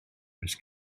oes